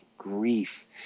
Grief